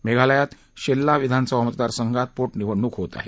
मेघालयात शेल्ला विधानसभा मतदारसंघात पोटनिवडणूक होत आहे